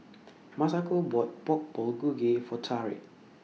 Masako bought Pork Bulgogi For Tarik